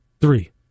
three